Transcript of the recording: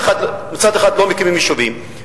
מצד אחד לא מקימים יישובים,